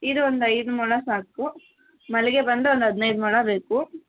ಇದು ಒಂದು ಐದು ಮೊಳ ಸಾಕು ಮಲ್ಲಿಗೆ ಬಂದು ಒಂದು ಹದಿನೈದು ಮೊಳ ಬೇಕು